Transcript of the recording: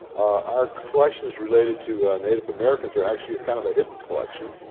our collections related to native americans are actually kind of a hidden collection.